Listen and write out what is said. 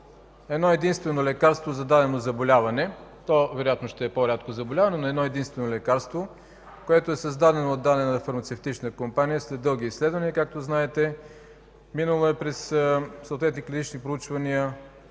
едно-единствено лекарство за дадено заболяване – то вероятно ще е по-рядко заболяване – което е създадено от дадена фармацевтична компания след дълги изследвания, както знаете, минало е през съответните клинични проучвания,